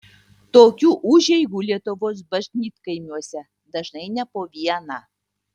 tokių užeigų lietuvos bažnytkaimiuose dažnai ne po vieną